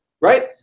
right